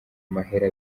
amahera